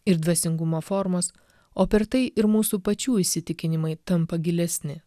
ir dvasingumo formos o per tai ir mūsų pačių įsitikinimai tampa gilesni